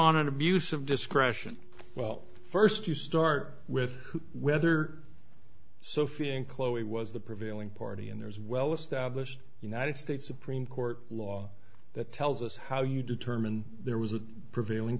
on an abuse of discretion well first you start with whether sophia and chloe was the prevailing party and there's well established united states supreme court law that tells us how you determine there was a prevailing